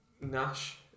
Nash